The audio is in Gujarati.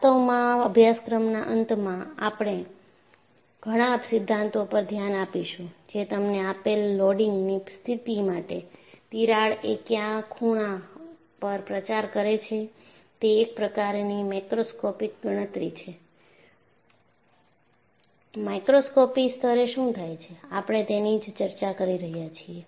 વાસ્તવમાં અભ્યાસક્રમના અંતમાં આપણે ઘણા સિદ્ધાંતો પર ધ્યાન આપીશું જે તમને આપેલ લોડિંગની સ્થિતિ માટે તિરાડ એ કયા ખૂણા પર પ્રચાર કરે છે તે એક પ્રકારની મેક્રોસ્કોપિક ગણતરી છે માઇક્રોસ્કોપિક સ્તરે શું થાય છે આપણે તેની જ ચર્ચા કરી રહ્યા છીએ